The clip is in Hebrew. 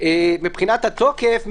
מבחינת התוקף,